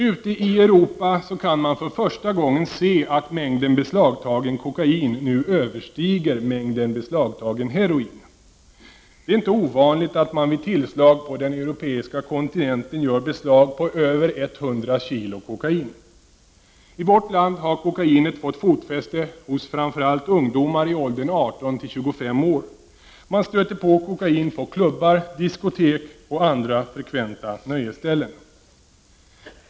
Ute i Europa kan man för första gången se att mängden beslagtagen kokain nu överstiger mängden beslagtagen heroin. Det är inte ovanligt att man vid tillslag på den europeiska kontinenten gör beslag på över 100 kg kokain. I vårt land har kokainet fått fotfäste hos framför allt ungdomar i åldern 18—25 år. Man stöter på kokain på klubbar, diskotek och andra frekventa nöjesställen.